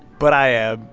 but i am.